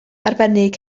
arbennig